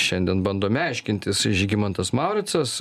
šiandien bandome aiškintis žygimantas mauricas